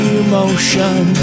emotion